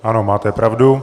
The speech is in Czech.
Ano, máte pravdu.